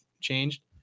changed